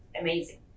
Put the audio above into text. amazing